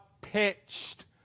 pitched